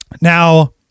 Now